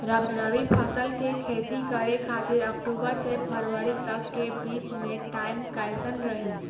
रबी फसल के खेती करे खातिर अक्तूबर से फरवरी तक के बीच मे टाइम कैसन रही?